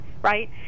right